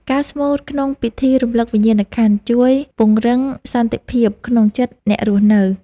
ការស្មូតក្នុងពិធីរំលឹកវិញ្ញាណក្ខន្ធ ជួយពង្រឹងសន្តិភាពក្នុងចិត្តអ្នករស់នៅ។